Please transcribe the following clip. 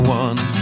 one